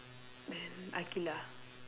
then Aqilah